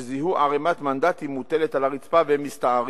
שזיהו ערימת מנדטים מוטלת על הרצפה, והם מסתערים,